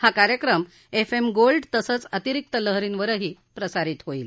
हा कार्यक्रम F M Gold तसंच अतिरिक्त लहरींवरही प्रसारित होईल